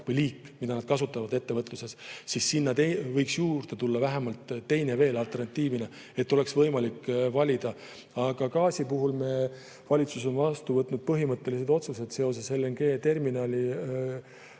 või ‑liik, mida nad kasutavad ettevõtluses, siis sinna võiks alternatiivina juurde tulla vähemalt veel teine, et oleks võimalik valida. Aga gaasi puhul on valitsus vastu võtnud põhimõttelised otsused seoses LNG‑ujuvterminali